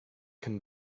can